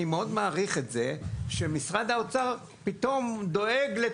אני מאוד מעריך את זה שמשרד האוצר פתאום דואג כל כך